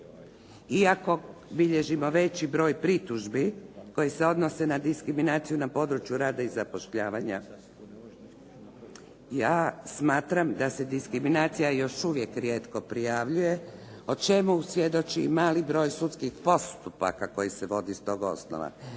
Iako bilježimo veći broj pritužbi koje se odnose na diskriminaciju na području rada i zapošljavanja, ja smatram da se diskriminacija još uvijek rijetko prijavljuje, o čemu svjedoči i mali broj sudskih postupaka koji se vodi s tog osnova.